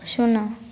ଶୂନ